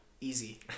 Easy